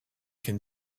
can